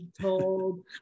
told